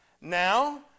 Now